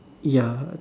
ya